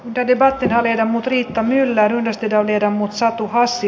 devi vaatteita viedä mut riitta myller pitää viedä mut satu hassi